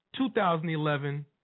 2011